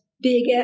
big